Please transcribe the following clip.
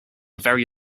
very